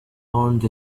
earned